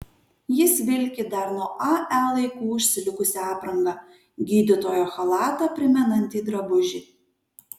jis vilki dar nuo ae laikų užsilikusią aprangą gydytojo chalatą primenantį drabužį